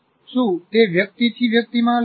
શું તે વ્યક્તિથી વ્યક્તિમાં અલગ છે